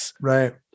right